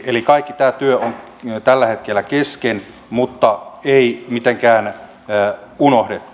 eli kaikki tämä työ on tällä hetkellä kesken mutta ei mitenkään unohdettu